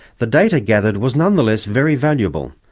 the data gathered was nonetheless very valuable,